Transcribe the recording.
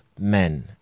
men